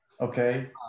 okay